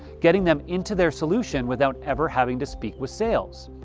getting them into their solution without ever having to speak with sales.